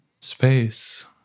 space